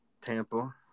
Tampa